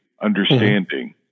understanding